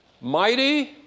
Mighty